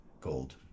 gold